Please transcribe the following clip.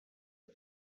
thy